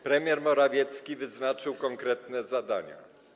Premier Morawiecki wyznaczył konkretne zadania.